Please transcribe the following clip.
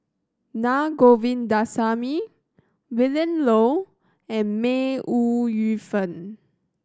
Naa Govindasamy Willin Low and May Ooi Yu Fen